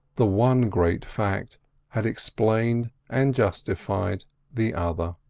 the one great fact had explained and justified the other.